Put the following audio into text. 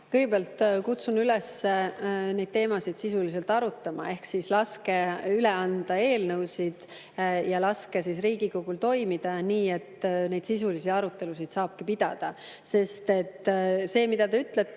Kõigepealt kutsun üles neid teemasid sisuliselt arutama ehk laske üle anda eelnõusid ja laske Riigikogul toimida, nii et neid sisulisi arutelusid saaks pidada. See, mida te ütlete,